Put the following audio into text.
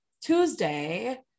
Tuesday